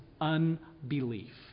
unbelief